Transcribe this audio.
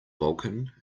vulkan